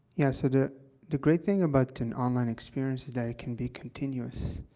yeah, so the the great thing about an online experience is that it can be continuous.